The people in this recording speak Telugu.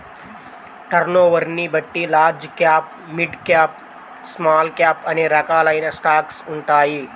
టర్నోవర్ని బట్టి large cap, mid cap, small cap అనే రకాలైన స్టాక్స్ ఉంటాయి